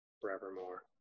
forevermore